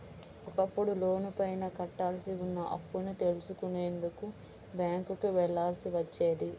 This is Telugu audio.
ఒకప్పుడు లోనుపైన కట్టాల్సి ఉన్న అప్పుని తెలుసుకునేందుకు బ్యేంకుకి వెళ్ళాల్సి వచ్చేది